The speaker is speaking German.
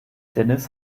dennis